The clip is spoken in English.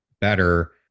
better